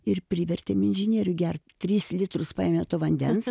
ir privertėm inžinierių gert tris litrus paėmė to vandens